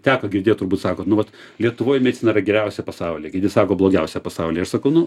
teko girdėt turbūt sako nu vat lietuvoj medicina yra geriausia pasaulyje kiti sako blogiausia pasaulyje aš sakau nu